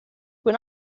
when